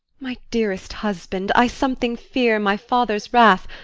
my dearest husband, i something fear my father's wrath,